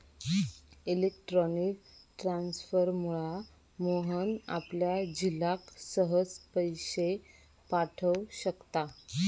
electronic ट्रांसफरमुळा मोहन आपल्या झिलाक सहज पैशे पाठव शकता